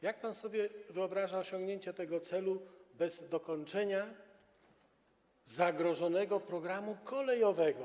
Jak pan sobie wyobraża osiągnięcie tego celu bez dokończenia zagrożonego programu kolejowego?